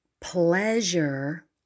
pleasure